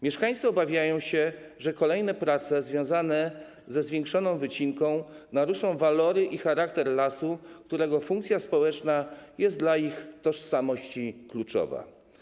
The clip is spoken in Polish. Mieszkańcy obawiają się, że kolejne prace związanej ze zwiększoną wycinką naruszą walory i charakter lasu, którego funkcja społeczna jest dla ich tożsamości kluczowa.